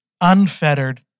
unfettered